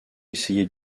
essayer